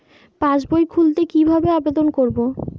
পাসবই খুলতে কি ভাবে আবেদন করব?